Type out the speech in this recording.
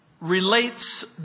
Relates